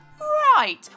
Right